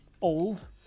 old